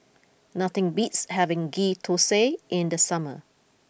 nothing beats having Ghee Thosai in the summer